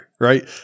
right